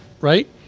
right